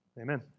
amen